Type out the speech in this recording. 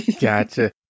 Gotcha